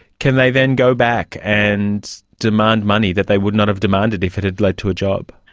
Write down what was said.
can they then go back and demand money that they would not have demanded if it had led to a job?